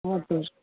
हजुर